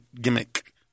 gimmick